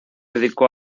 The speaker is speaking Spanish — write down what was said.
dedicó